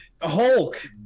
Hulk